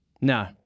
No